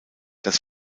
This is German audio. das